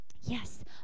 yes